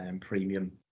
premium